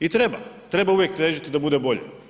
I treba, treba uvijek težiti da bude bolje.